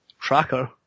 tracker